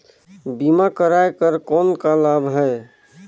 बीमा कराय कर कौन का लाभ है?